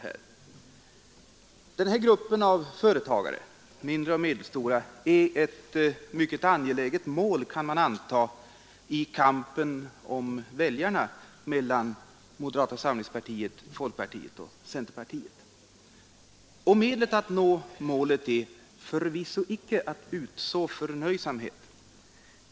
Man kan anta att den här gruppen av företagare mindre och medelstora — är ett mycket angeläget mål i kampen om väljarna mellan moderata samlingspartiet, folkpartiet och centerpartiet. Medlet att nå målet är förvisso icke att utså förnöjsamhet.